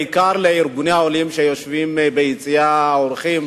בעיקר לארגוני העולים שיושבים ביציע האורחים,